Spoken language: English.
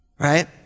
Right